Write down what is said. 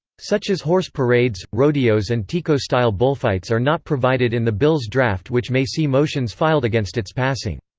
such as horse parades, rodeos and tico-style bullfights are not provided in the bill's draft which may see motions filed against its passing.